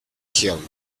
killed